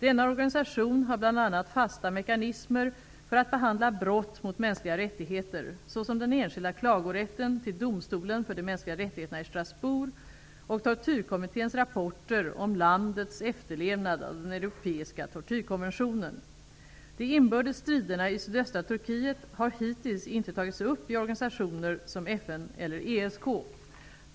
Denna organisation har bl.a. fasta mekanismer för att behandla brott mot mänskliga rättigheter, såsom den enskilda klagorätten till domstolen för de mänskliga rättigheterna i Strasbourg och tortyrkommitténs rapporter om landets efterlevnad av den europeiska tortyrkonventionen. De inbördes striderna i sydöstra Turkiet har hittills inte tagits upp i organisationer som FN eller ESK.